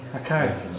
Okay